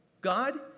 God